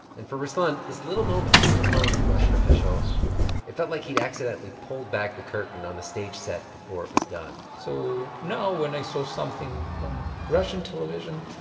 and for ruslan, this little moment on the phone with the russian official it felt like he'd accidentally pulled back the curtain on the stage set before it was done so now, when i saw something on russian television,